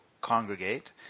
congregate